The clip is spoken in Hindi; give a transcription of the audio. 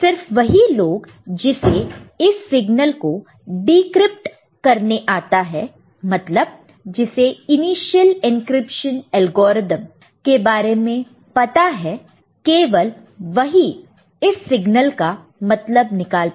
सिर्फ वही लोग जिसे इस सिग्नल को डिक्रिप्ट करने आता है मतलब जिसे इनिशियल इंक्रिप्शन एल्गोरिथम के बारे में पता है केवल वही इस सिग्नल का मतलब निकाल पाएंगे